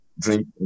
drink